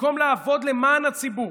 במקום לעבוד למען הציבור